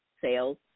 sales